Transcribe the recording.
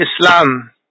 islam